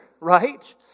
right